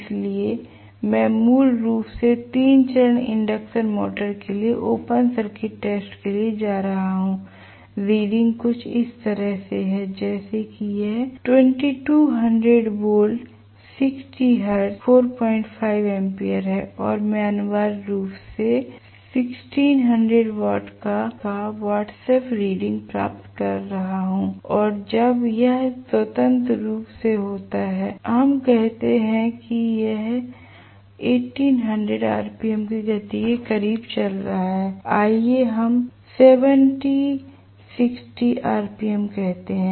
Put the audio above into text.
इसलिए मैं मूल रूप से 3 चरण इंडक्शन मोटर के लिए ओपन सर्किट टेस्ट के लिए जा रहा हूं रीडिंग कुछ इस तरह से है जैसे कि यह 2200 वोल्ट 60 हर्ट्ज 45 एम्पियर है और मैं अनिवार्य रूप से 1600 वाट का वाट्सएप रीडिंग प्राप्त कर रहा हूं और जब यह स्वतंत्र रूप से होता है चलिए हम कहते हैं कि यह 1800 आरपीएम की गति के करीब चल रहा हैआइए हम 1760 आरपीएम कहते हैं